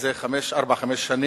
שזה ארבע או חמש שנים,